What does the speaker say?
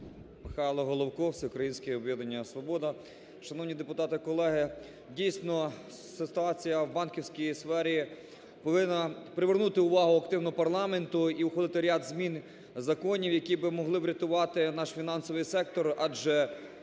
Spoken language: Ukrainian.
"Свобода". Шановні депутати колеги, дійсно ситуація в банківській сфері повинна привернути увагу активно парламенту і ухвалити ряд змін законів, які би могли врятувати наш фінансовий сектор, адже за